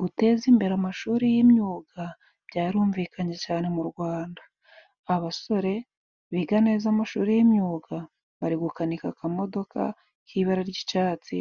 Guteza imbere amashuri y'imyuga byarumvikanye cyane mu Rwanda. Abasore biga neza amashuri y'imyuga bari gukanika akamodoka k'ibara ry'icyatsi,